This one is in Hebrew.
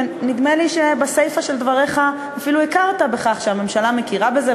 ונדמה לי שבסיפה של דבריך אפילו הכרת בכך שהממשלה מכירה בזה,